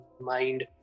mind